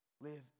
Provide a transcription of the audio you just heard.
live